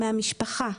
מהמשפחה.